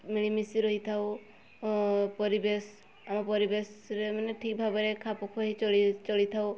ମିଳିମିଶି ରହିଥାଉ ପରିବେଶ ଆମ ପରିବେଶରେ ମାନେ ଠିକ ଭାବରେ ଖାପଖୁଆଇ ଚଳି ଚଳିଥାଉ